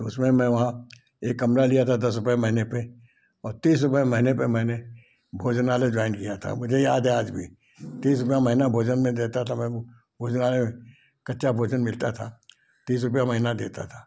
तो उसमें मैं वहाँ एक कमरा लिया था दस रुपए महीने पे और तीस रुपए महीने पे मैंने भोजनालय जॉइन किया था मुझे याद है आज भी तीस रुपया महीना भोजन में देता था मैं वो भोजनालय में कच्चा भोजन मिलता था तीस रुपया महीना देता था